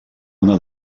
una